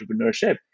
entrepreneurship